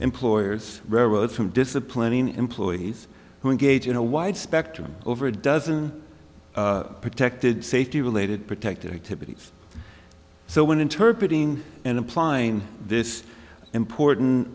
employers rose from disciplining employees who engage in a wide spectrum over a dozen protected safety related protected activities so when interpret ing and applying this important